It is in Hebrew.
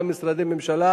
גם של משרדי ממשלה.